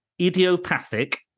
idiopathic